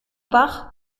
bach